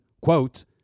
quote